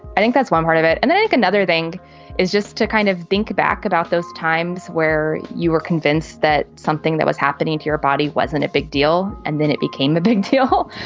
i think that's one part of it. and then another thing is just to kind of think back about those times where you were convinced that something that was happening to your body wasn't a big deal and then it became a big deal.